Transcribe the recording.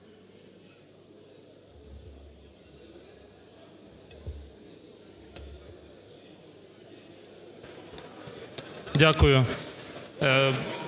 Дякую.